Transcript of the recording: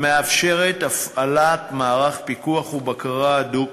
המאפשרת הפעלת מערך פיקוח ובקרה הדוק